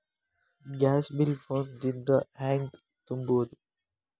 Gas bill phone ದಿಂದ ಹ್ಯಾಂಗ ತುಂಬುವುದು?